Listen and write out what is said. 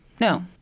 No